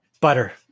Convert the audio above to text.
Butter